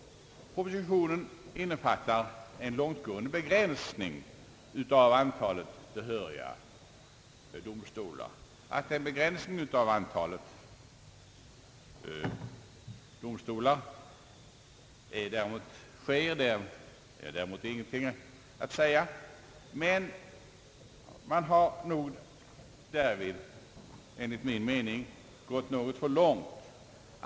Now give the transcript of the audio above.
Propositionen innefattar en långt gående begränsning av antalet behöriga domstolar. Emot en begränsning av antalet domstolar är ingenting att invända, men man har nog därvid enligt min mening gått något för långt.